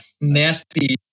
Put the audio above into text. nasty